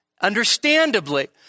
understandably